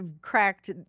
cracked